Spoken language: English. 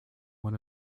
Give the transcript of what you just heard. one